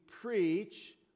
preach